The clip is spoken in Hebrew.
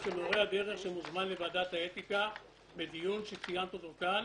שמורה דרך שמוזמן לוועדת האתיקה לדיון שציינת כאן